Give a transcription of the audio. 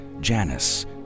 Janice